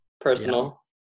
Personal